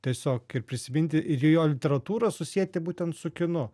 tiesiog ir prisiminti ir jo literatūrą susieti būtent su kinu